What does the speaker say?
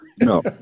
no